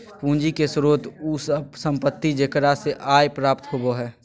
पूंजी के स्रोत उ सब संपत्ति जेकरा से आय प्राप्त होबो हइ